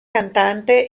cantante